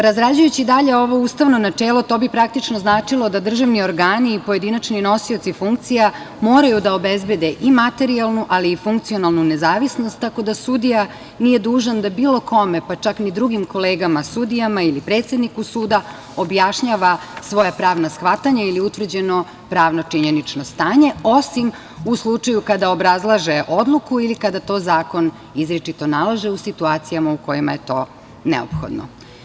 Razrađujući dalje ovo ustavno načelo to bi praktično značilo da državni organi i pojedinačni nosioci funkcija moraju da obezbede i materijalnu, ali i funkcionalnu nezavisnost, tako da sudija nije dužan da bilo kome, pa čak ni drugim kolegama sudijama ili predsedniku suda objašnjava svoja pravna shvatanja ili utvrđeno pravno-činjenično stanje, osim u slučaju kada obrazlaže odluku ili kada to zakon izričito nalaže u situacijama u kojima je to neophodno.